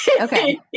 Okay